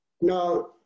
Now